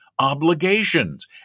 Obligations